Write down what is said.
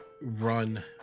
run